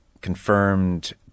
confirmed